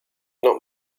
not